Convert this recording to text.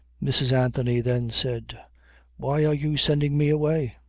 mrs. anthony then said why are you sending me away?